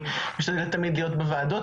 אני משתדלת תמיד להיות בוועדות,